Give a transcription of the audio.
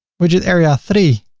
widget area three